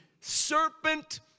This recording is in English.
serpent